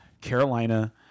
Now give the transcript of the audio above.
Carolina